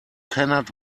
cannot